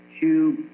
two